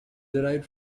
derived